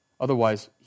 Otherwise